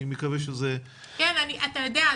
אני מקווה שזה --- אתה יודע,